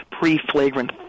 pre-flagrant